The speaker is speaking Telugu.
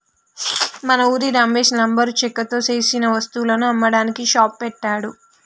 మన ఉరి రమేష్ లంబరు చెక్కతో సేసిన వస్తువులను అమ్మడానికి షాప్ పెట్టాడు